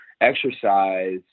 exercise